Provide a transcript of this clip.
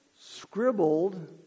scribbled